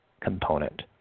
component